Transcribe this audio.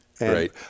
Right